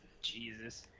Jesus